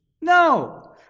No